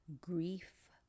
grief